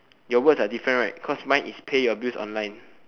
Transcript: your words are different right cause mine is pay your bills online